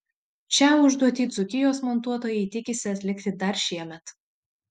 šią užduotį dzūkijos montuotojai tikisi atlikti dar šiemet